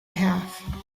have